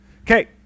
Okay